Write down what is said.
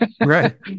Right